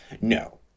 no